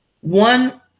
One